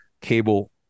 cable